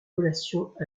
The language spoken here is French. relations